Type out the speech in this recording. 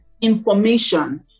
information